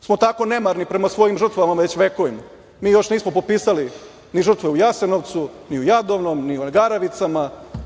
smo tako nemarni prema svojim žrtvama već vekovima. Mi još nismo popisali ni žrtve u Jasenovcu, ni u Jadovnom, ni u Lagarevicama,